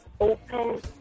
open